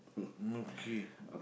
no key